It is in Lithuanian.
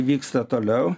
vyksta toliau